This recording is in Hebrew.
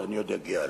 ואני עוד אגיע אליו.